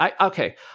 Okay